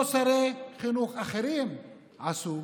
או שרי חינוך אחרים עשו.